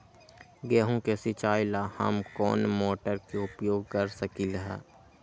गेंहू के सिचाई ला हम कोंन मोटर के उपयोग कर सकली ह?